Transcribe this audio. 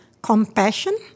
Compassion